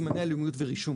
סימני לאומיות ורישום.